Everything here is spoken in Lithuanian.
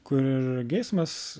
kur ir geismas